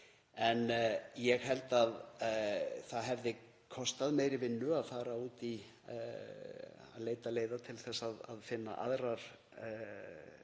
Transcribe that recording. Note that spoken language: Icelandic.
en ég held að það hefði kostað meiri vinnu að fara út í að leita leiða til að finna aðrar leiðir